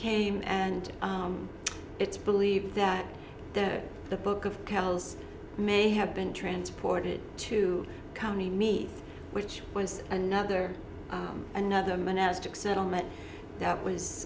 came and it's believed that there the book of kells may have been transported to come to me which was another another monastic settlement that was